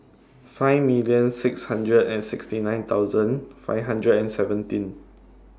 five million six hundred and sixty nine thousand five hundred and seventeen